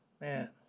Man